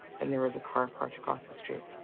and there was a car parked across the street.